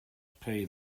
pay